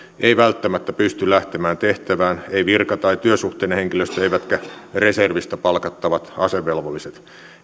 ei välttämättä pysty lähtemään tehtävään ei virka tai työsuhteinen henkilöstö eivätkä reservistä palkattavat asevelvolliset